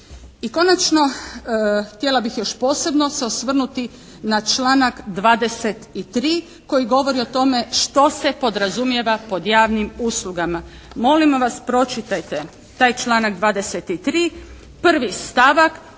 I konačno htjela bih još posebno se osvrnuti na članak 23. koji govori o tome što se podrazumijeva pod javnim uslugama. Molim vas pročitajte taj članak 23., 1. stavak